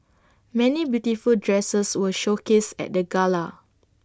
many beautiful dresses were showcased at the gala